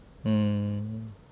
mm